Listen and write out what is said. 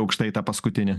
aukštai ta paskutinį